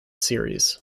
series